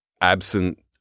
absent